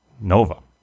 Nova